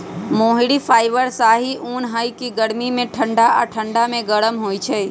मोहिर fibre शाहि उन हइ के गर्मी में ठण्डा आऽ ठण्डा में गरम होइ छइ